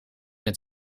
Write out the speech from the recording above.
het